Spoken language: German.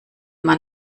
man